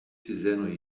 fizeram